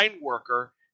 worker